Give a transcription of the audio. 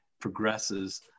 progresses